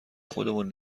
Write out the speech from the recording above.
خودمون